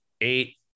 eight